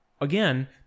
again